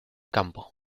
campo